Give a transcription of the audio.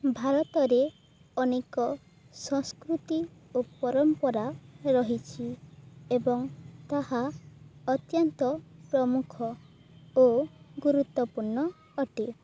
ଭାରତରେ ଅନେକ ସଂସ୍କୃତି ଓ ପରମ୍ପରା ରହିଛି ଏବଂ ତାହା ଅତ୍ୟନ୍ତ ପ୍ରମୁଖ ଓ ଗୁରୁତ୍ୱପୂର୍ଣ୍ଣ ଅଟେ